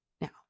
Now